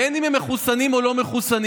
בין שהם מחוסנים ובין שלא מחוסנים,